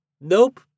Nope